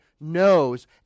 knows